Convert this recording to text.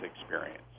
experience